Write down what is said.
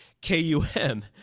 K-U-M